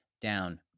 down